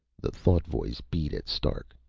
the thought-voice beat at stark,